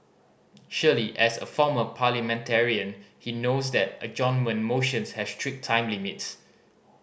surely as a former parliamentarian he knows that adjournment motions have strict time limits